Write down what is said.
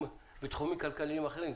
בתחומים כלכליים אחרים?